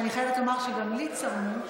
שאני חייבת לומר שגם לי צרמו,